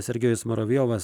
sergejus muravjovas